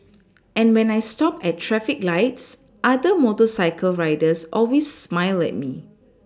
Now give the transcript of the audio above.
and when I stop at traffic lights other motorcycle riders always smile at me